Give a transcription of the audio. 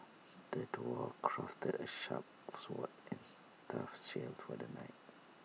the dwarf crafted A sharp sword and tough shield for the knight